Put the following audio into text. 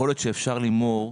יכול להיות שאפשר, לימור,